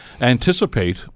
anticipate